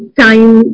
time